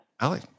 Ali